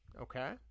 okay